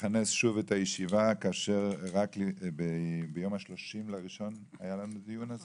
לכנס שוב את הישיבה כאשר רק ב-30 בינואר היה לנו דיון על